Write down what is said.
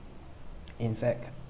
in fact